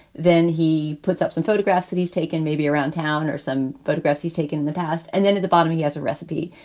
then he puts up some photographs that he's taken maybe around town or some photographs he's taken in the past. and then at the bottom, he has a recipe.